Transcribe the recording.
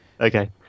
Okay